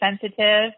sensitive